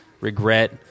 regret